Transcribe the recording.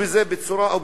שביצעו שם הריסות.